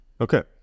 Okay